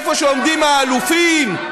איפה שעומדים האלופים,